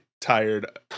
Tired